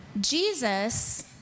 Jesus